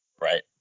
Right